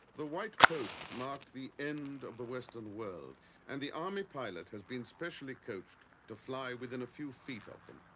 the white posts mark the end of the western world and the army pilot has been specially coached to fly within a few feet of them.